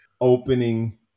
opening